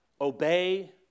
obey